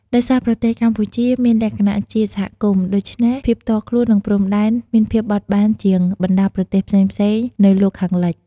ដោយសារប្រទេសកម្ពុជាមានលក្ខណៈជាសហគមន៍ ដូច្នេះ ភាពផ្ទាល់ខ្លួន និង ព្រំដែន មានភាពបត់បែនជាងបណ្តាប្រទេសផ្សេងៗនៅលោកខាងលិច។